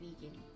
vegan